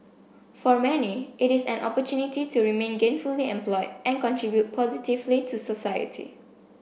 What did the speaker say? for many it is an opportunity to remain gainfully employed and contribute positively to society